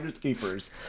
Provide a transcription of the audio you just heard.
keepers